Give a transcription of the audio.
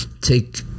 take